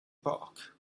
park